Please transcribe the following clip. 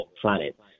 planets